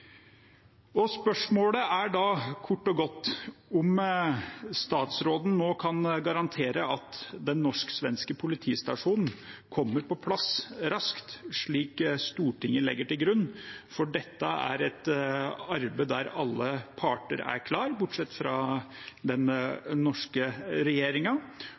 Spørsmålet er da kort og godt: Kan statsråden nå garantere at den norsk-svenske politistasjonen kommer på plass raskt, slik Stortinget legger til grunn? Dette er et arbeid der alle parter er klare, bortsett fra den norske